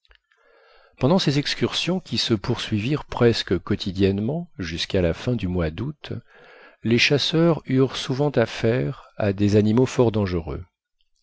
pendant ces excursions qui se poursuivirent presque quotidiennement jusqu'à la fin du mois d'août les chasseurs eurent souvent affaire à des animaux fort dangereux